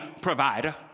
provider